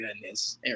goodness